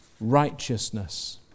righteousness